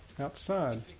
outside